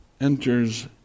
enters